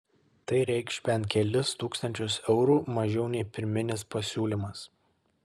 tai reikš bent kelis tūkstančius eurų mažiau nei pirminis pasiūlymas